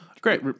Great